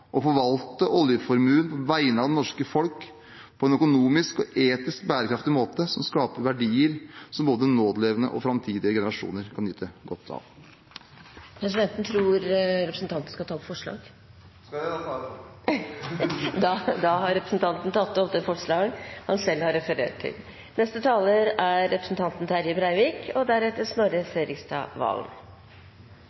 å forvalte oljeformuen på vegne av det norske folk på en økonomisk og etisk bærekraftig måte som skaper verdier som både nålevende og framtidige generasjoner kan nyte godt av. Skal representanten ta opp forslag? Jeg tar opp forslagene nr. 4 og 5 i innstillingen. Representanten Trygve Slagsvold Vedum har tatt opp de forslagene han refererte til. Dagen i dag er ein gledesdag. Eit samla storting tek lange og